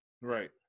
Right